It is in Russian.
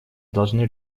должны